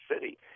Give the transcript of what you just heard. city